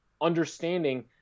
understanding